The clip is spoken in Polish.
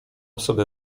sobie